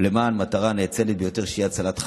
ולמען מטרה נאצלת ביותר, שהיא הצלת חיים.